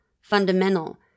fundamental